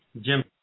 Jim